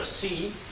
see